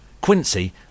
Quincy